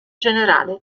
generale